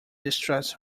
distress